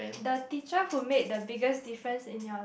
the teacher who made the biggest difference in your life